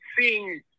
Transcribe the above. seeing